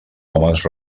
homes